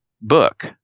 book